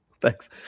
Thanks